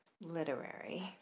literary